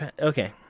Okay